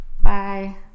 Bye